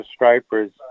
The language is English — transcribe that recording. stripers